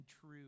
true